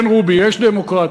כן, רובי, יש דמוקרטיה.